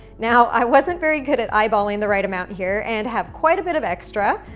now i wasn't very good at eyeballing the right amount here and have quite a bit of extra,